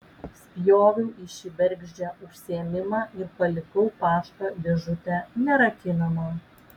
spjoviau į šį bergždžią užsiėmimą ir palikau pašto dėžutę nerakinamą